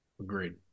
Agreed